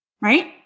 right